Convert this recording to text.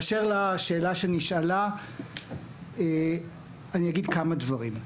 באשר לשאלה שנשאלה אני אגיד כמה דברים.